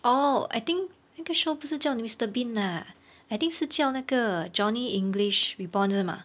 oh I think 那个 show 不是叫 mister bean lah I think 是叫那个 johnny english reborn 那个是 mah